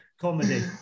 comedy